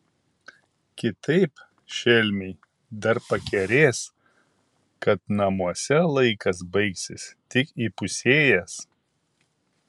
kitaip šelmiai dar pakerės kad namuose laikas baigsis tik įpusėjęs